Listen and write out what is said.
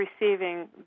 receiving